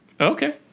Okay